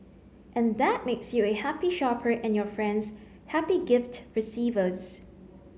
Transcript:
and that makes you a happy shopper and your friends happy gift receivers